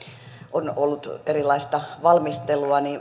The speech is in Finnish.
on ollut erilaista valmistelua